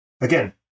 Again